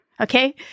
okay